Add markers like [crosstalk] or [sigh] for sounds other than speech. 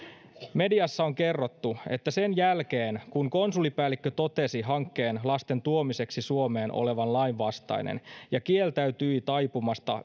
mediassa on kerrottu että sen jälkeen kun konsulipäällikkö totesi hankkeen lasten tuomiseksi suomeen olevan lainvastainen ja kieltäytyi taipumasta [unintelligible]